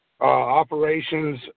operations